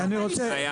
המחיר.